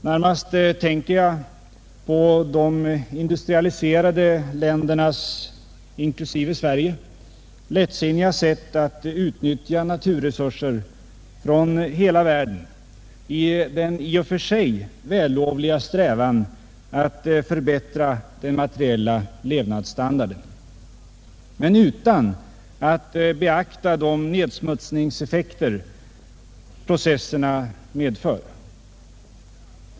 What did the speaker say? Närmast tänker jag på de industrialiserade ländernas, inklusive Sveriges, lättsinniga sätt att utnyttja naturresurser från hela världen i den i och för sig vällovliga strävan att förbättra den materiella levnadsstandarden utan att beakta de nedsmutsningseffekter processerna medför.